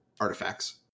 artifacts